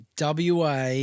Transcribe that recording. WA